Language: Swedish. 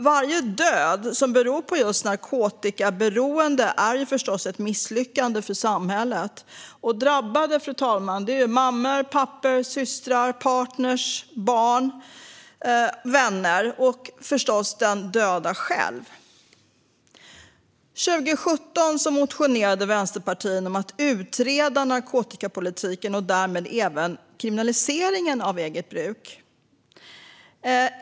Varje död som beror på just narkotikaberoende är förstås ett misslyckande för samhället. De drabbade, fru talman, är mammor, pappor, systrar, partner, barn, vänner och, förstås, den döde själv. År 2017 motionerade Vänsterpartiet om att utreda narkotikapolitiken och därmed även kriminaliseringen av eget bruk.